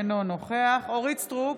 אינו נוכח אורית מלכה סטרוק,